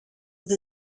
with